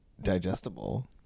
digestible